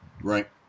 Right